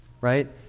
right